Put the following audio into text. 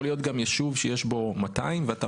יכול להיות גם יישוב שיש בו 200 ואתה